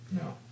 No